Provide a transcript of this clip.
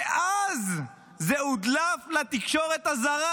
ואז זה הודלף לתקשורת הזרה.